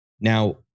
Now